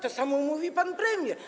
To samo mówi pan premier.